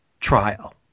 trial